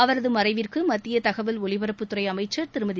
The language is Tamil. அவரது மறைவிற்கு மத்திய தகவல் ஒலிபரப்புத்துறை அமைச்சர் திருமதி